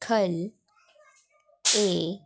ख'ल्ल ऐ